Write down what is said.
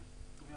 לנו